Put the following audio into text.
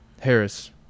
Harris